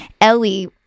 Ellie